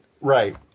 Right